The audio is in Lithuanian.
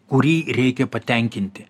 kurį reikia patenkinti